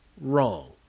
wrong